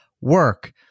work